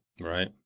Right